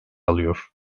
alıyor